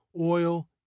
oil